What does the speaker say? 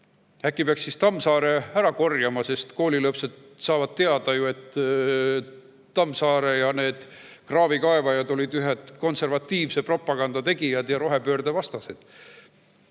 Äkki peaks Tammsaare [teosed] ära korjama, sest koolilapsed saavad teada, et Tammsaare ja need kraavikaevajad olid ühed konservatiivse propaganda tegijad ja rohepöörde vastased?